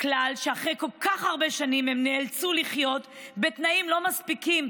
כלל שאחרי כל כך הרבה שנים שבהן הם נאלצו לחיות בתנאים לא מספיקים,